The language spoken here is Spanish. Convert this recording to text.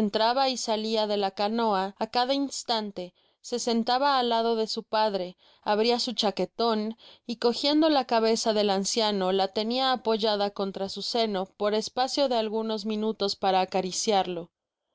entraba y salia de la canoa á caifa instante se sentaba al lado de su paáre abria su chaqueton y cogiendo la cabeza del anciano la tenia apoyada contra su seno por espacio de algunos minutos para acariciartedespues